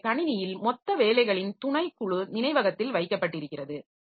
எனவே கணினியில் மொத்த வேலைகளின் துணைக்குழு நினைவகத்தில் வைக்கப்பட்டிருக்கிறது